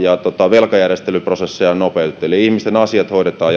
velkajärjestelyprosesseja nopeutetaan eli ihmisten asiat